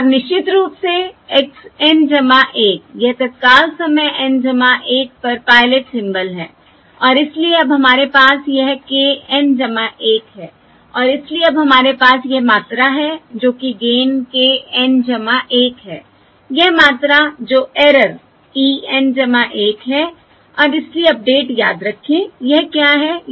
और निश्चित रूप से x N 1 यह तत्काल समय N 1 पर पायलट सिंबल है और इसलिए अब हमारे पास यह k N 1 है और इसलिए अब हमारे पास यह मात्रा है जो कि गेन k N 1 है यह मात्रा जो एरर e N 1 है और इसलिए अपडेट याद रखें यह क्या है